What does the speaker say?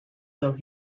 though